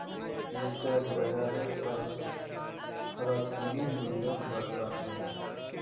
वित्तयेत बाजारेर पर फरक किन्ही मूल्योंक दर्शा छे